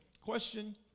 question